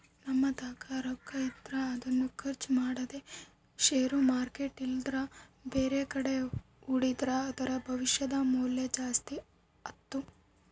ನಮ್ಮತಾಕ ರೊಕ್ಕಿದ್ರ ಅದನ್ನು ಖರ್ಚು ಮಾಡದೆ ಷೇರು ಮಾರ್ಕೆಟ್ ಇಲ್ಲಂದ್ರ ಬ್ಯಾರೆಕಡೆ ಹೂಡಿದ್ರ ಅದರ ಭವಿಷ್ಯದ ಮೌಲ್ಯ ಜಾಸ್ತಿ ಆತ್ತು